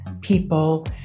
people